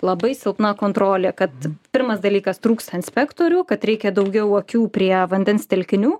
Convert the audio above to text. labai silpna kontrolė kad pirmas dalykas trūksta inspektorių kad reikia daugiau akių prie vandens telkinių